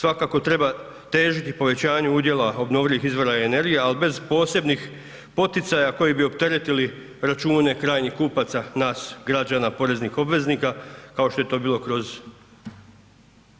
Svakako treba težiti povećanju udjela obnovljivih izvora energije, ali bez posebnih poticaja koji bi opteretili račune krajnjih kupaca nas građana, poreznih obveznika kao što je to bilo kroz